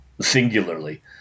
singularly